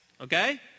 okay